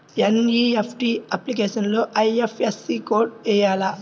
NEFT అప్లికేషన్లో IFSC code వేయాలా?